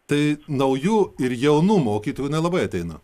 tai naujų ir jaunų mokytojų nelabai ateina